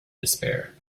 despair